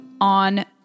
on